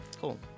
Cool